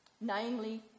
namely